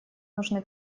нужны